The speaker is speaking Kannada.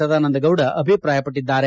ಸದಾನಂದ ಗೌಡ ಅಭಿಪ್ರಾಯವಟ್ಟಿದ್ದಾರೆ